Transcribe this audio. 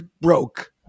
broke